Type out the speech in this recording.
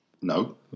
no